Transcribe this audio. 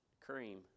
cream